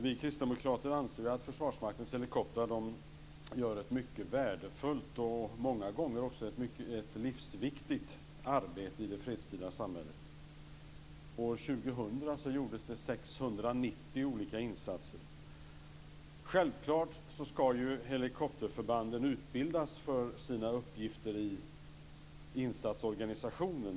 Vi kristdemokrater anser att Försvarsmaktens helikoptrar gör ett mycket värdefullt och många gånger också livsviktigt arbete i det fredstida samhället. År 2000 gjordes det 690 olika insatser. Självklart ska helikopterförbanden utbildas för sina uppgifter i insatsorganisationen.